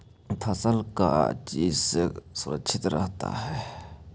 फसल का चीज से सुरक्षित रहता है?